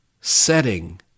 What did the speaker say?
setting